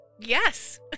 Yes